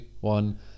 one